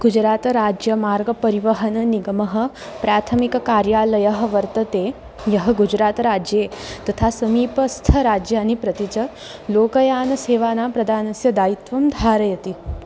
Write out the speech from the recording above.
गुजरातराज्यमार्गपरिवहननिगमः प्राथमिककार्यालयः वर्तते यः गुजरातराज्ये तथा समीपस्थराज्यानि प्रति च लोकयानसेवानां प्रदानस्य दायित्वं धारयति